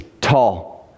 tall